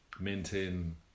Maintain